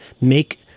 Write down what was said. make